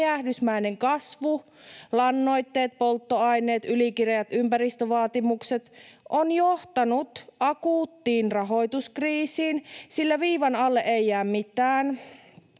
räjähdysmäinen kasvu — lannoitteet, polttoaineet, ylikireät ympäristövaatimukset — on johtanut akuuttiin rahoituskriisiin, sillä viivan alle ei jää mitään,